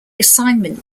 assignment